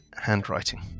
handwriting